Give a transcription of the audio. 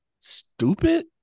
stupid